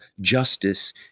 justice